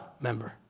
member